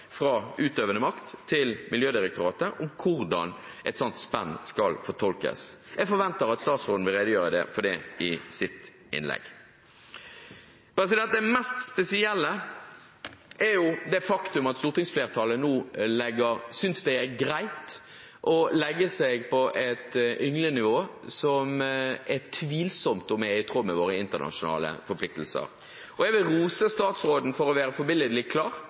fra utøvende makt til Miljødirektoratet om hvordan et sånt spenn skal fortolkes. Jeg forventer at statsråden vil redegjøre for det i sitt innlegg. Det mest spesielle er det faktum at stortingsflertallet nå synes det er greit å legge seg på et ynglingnivå som det er tvilsomt om er i tråd med våre internasjonale forpliktelser. Jeg vil rose statsråden for å være forbilledlig klar